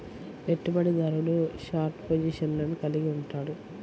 పెట్టుబడిదారుడు షార్ట్ పొజిషన్లను కలిగి ఉంటాడు